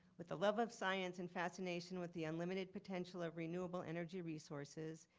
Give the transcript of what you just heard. with the love of science and fascination with the unlimited potential of renewable energy resources,